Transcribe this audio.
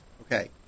Okay